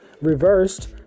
Reversed